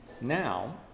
Now